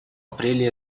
апреле